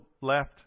left